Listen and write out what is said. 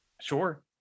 Sure